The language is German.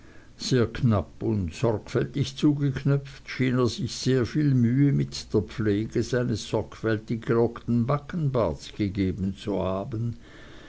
sehr knapp und sorgfältig zugeknöpft schien er sich sehr viel mühe mit der pflege seines sorgfältig gelockten backenbarts gegeben haben